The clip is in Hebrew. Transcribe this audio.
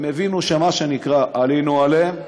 הם הבינו, מה שנקרא, שעלינו עליהם,